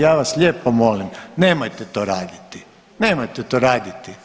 Ja vas lijepo molim nemojte to raditi, nemojte to raditi.